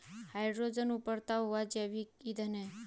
hydrogen उबरता हुआ जैविक ईंधन है